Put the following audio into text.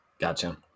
gotcha